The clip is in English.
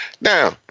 Now